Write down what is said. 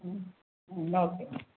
ம் வந்தால் ஓகே